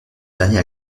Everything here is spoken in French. dernier